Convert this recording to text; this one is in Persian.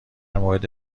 مورد